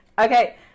okay